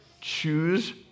Choose